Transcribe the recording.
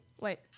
Wait